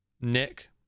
Nick